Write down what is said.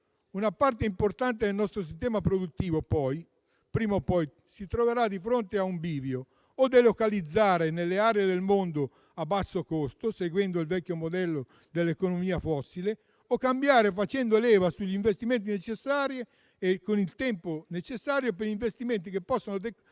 Una parte importante del nostro sistema produttivo, prima o poi, si troverà di fronte a un bivio: delocalizzare nelle aree del mondo a basso costo, seguendo il vecchio modello dell'economia fossile, oppure cambiare facendo leva, con il tempo necessario, sugli investimenti necessari che